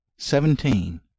seventeen